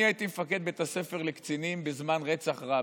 אני הייתי מפקד בית הספר לקצינים בזמן רצח רבין.